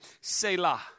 Selah